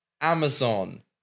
Amazon